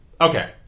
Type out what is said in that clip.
okay